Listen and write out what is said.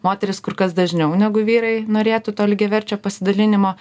moterys kur kas dažniau negu vyrai norėtų to lygiaverčio pasidalinimo